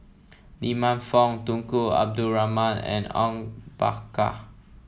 Lee Man Fong Tunku Abdul Rahman and Bakar